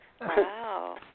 Wow